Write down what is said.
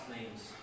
names